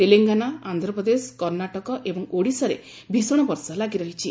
ତେଲଙ୍ଗାନା ଆନ୍ଧ୍ରପ୍ରଦେଶ କର୍ଣ୍ଣାଟକ ଏବଂ ଓଡ଼ିଶାରେ ଭୀଷଣ ବର୍ଷା ଲାଗି ରହିଛି